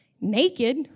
naked